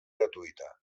gratuïta